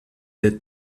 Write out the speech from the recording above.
être